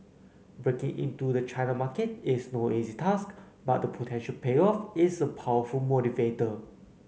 breaking into the China market is no easy task but the potential payoff is a powerful motivator